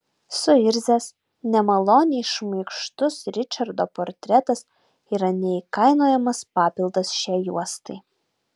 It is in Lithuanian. suirzęs nemaloniai šmaikštus ričardo portretas yra neįkainojamas papildas šiai juostai